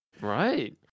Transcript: Right